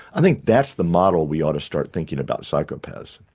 i think that's the model we ought to start thinking about psychopaths.